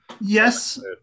yes